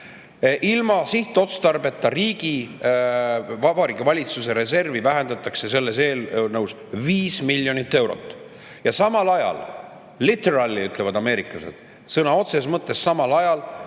Ilma sihtotstarbeta Vabariigi Valitsuse reservi vähendatakse selles eelnõus 5 miljonit eurot. Samal ajal –literally, ütlevad ameeriklased –, sõna otseses mõttes samal ajal